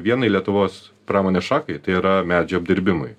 vienai lietuvos pramonės šakai tai yra medžio apdirbimui